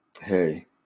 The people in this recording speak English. Hey